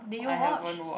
I haven't watch